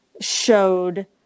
showed